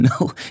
no